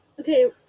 Okay